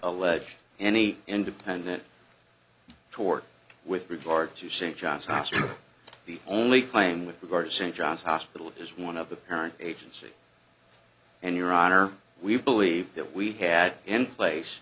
allege any independent tort with regard to st john's hospital the only claim with regard to st john's hospital is one of the parent agency and your honor we believe that we had in place